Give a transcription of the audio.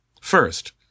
First